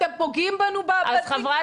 אתם פוגעים בנו בפינג פונג הזה.